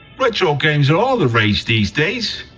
retro games are all the rage these days.